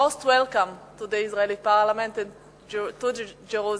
most welcome to the Israeli parliament and to Jerusalem.